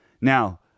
Now